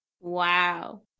wow